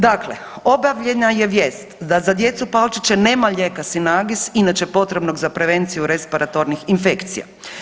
Dakle, objavljena je vijest da za djecu Palčiće nema lijeka Synagis inače potrebnog za prevenciju respiratornih infekcija.